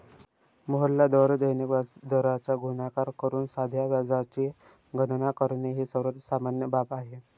मुद्दलाद्वारे दैनिक व्याजदराचा गुणाकार करून साध्या व्याजाची गणना करणे ही सर्वात सामान्य बाब आहे